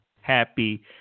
happy